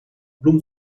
bloem